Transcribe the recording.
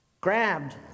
grabbed